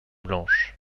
blanche